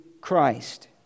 Christ